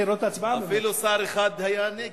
אפילו שר אחד היה נגד.